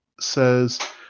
says